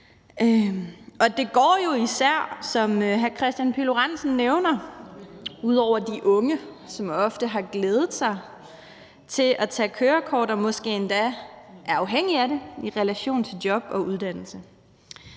Det går jo især, som hr. Kristian Pihl Lorentzen nævner, ud over de unge, som ofte har glædet sig til at tage kørekort og måske endda er afhængige af det i relation til job og uddannelse.